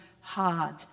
hard